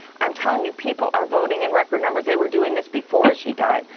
um telling you, people are voting in record numbers. they were doing this before she died.